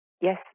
Yes